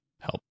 help